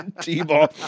T-Ball